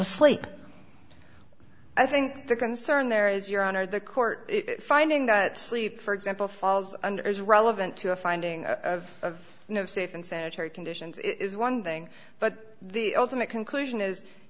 to sleep i think the concern there is your honor the court finding that sleep for example falls under is relevant to a finding of you know safe and sanitary conditions is one thing but the ultimate conclusion